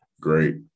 great